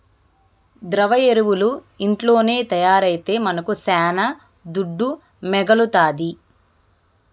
ద్రవ ఎరువులు ఇంట్లోనే తయారైతే మనకు శానా దుడ్డు మిగలుతాది